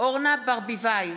אורנה ברביבאי,